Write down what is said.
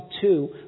two